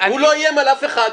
הוא לא איים על אף אחד,